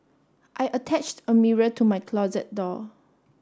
I attached a mirror to my closet door